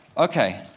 okay,